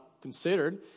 considered